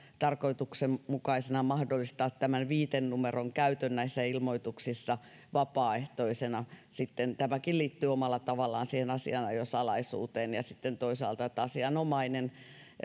tarkoituksenmukaisena mahdollistaa tämän viitenumeron käytön näissä ilmoituksissa vapaaehtoisena tämäkin liittyy omalla tavallaan siihen asianajosalaisuuteen ja toisaalta siihen että asianomainen